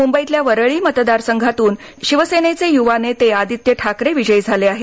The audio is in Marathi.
मुंबईतल्या वरळी मतदार संघातून शिवसेनेचे युवानेते आदित्य ठाकरे विजयी झाले आहेत